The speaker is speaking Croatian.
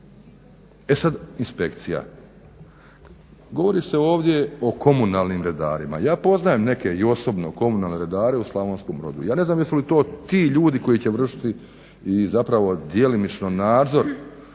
E sad inspekcija, govori se ovdje o komunalnim redarima. Ja poznajem neke i osobno komunalne redare u Slavonskom Brodu. Ja ne znam jesu li to ti ljudi koji će vršiti i zapravo djelomično nadzor